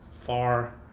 far